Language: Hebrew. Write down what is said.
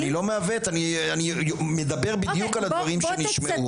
אני לא מעוות, אני מדבר בדיוק על הדברים שנשמעו.